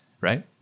right